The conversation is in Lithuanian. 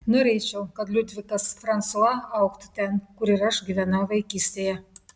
norėčiau kad liudvikas fransua augtų ten kur ir aš gyvenau vaikystėje